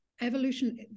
evolution